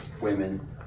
women